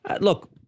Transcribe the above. look